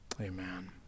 Amen